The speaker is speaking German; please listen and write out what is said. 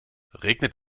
regnet